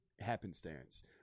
happenstance